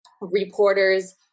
reporters